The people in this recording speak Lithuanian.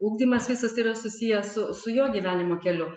ugdymas visas tai yra susijęs su su jo gyvenimo keliu